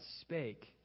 spake